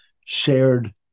shared